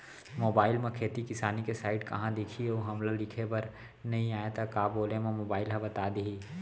Mobile म खेती किसानी के साइट कहाँ दिखही अऊ हमला लिखेबर नई आय त का बोले म मोबाइल ह बता दिही?